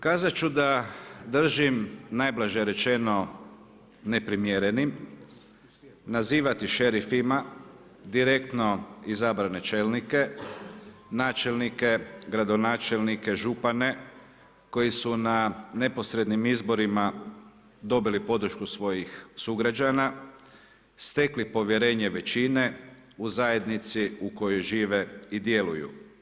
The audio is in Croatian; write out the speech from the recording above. Kazat ću da držim najblaže rečeno neprimjerenim nazivati šerifima direktno izabrane čelnike, načelnike, gradonačelnike, župane koji su na neposrednim izborima dobili podršku svojih sugrađana, stekli povjerenje većine u zajednici u kojoj žive i djeluju.